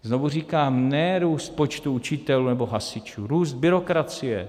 Znovu říkám, ne růst počtu učitelů nebo hasičů, růst byrokracie.